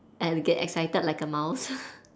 and get excited like a mouse